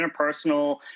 interpersonal